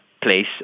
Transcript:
place